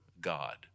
God